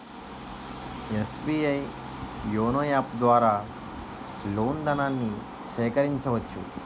SBI YONO app ద్వారా loan ధనాన్ని సేకరించవచ్చు